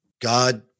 God